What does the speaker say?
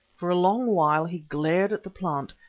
for a long while he glared at the plant,